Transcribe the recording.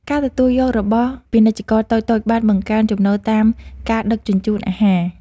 ការទទួលយករបស់ពាណិជ្ជករតូចៗបានបង្កើនចំណូលតាមការដឹកជញ្ជូនអាហារ។